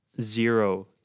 Zero